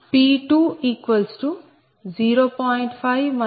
5 0